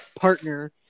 partner